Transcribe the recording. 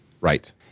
Right